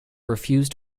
refused